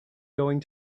going